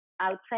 outside